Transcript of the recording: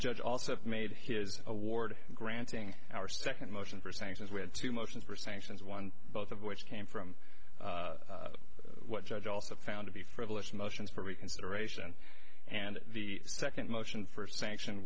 judge also made his award granting our second motion for sanctions we had two motions for sanctions one both of which came from what judge also found to be frivolous motions for reconsideration and the second motion for sanction